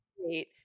great